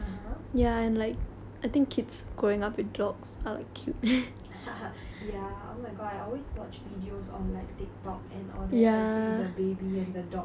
ya oh my god I always watch videos on like TikTok and all that then I see the baby and the dog bonding and cuddling is so so cute